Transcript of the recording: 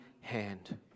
hand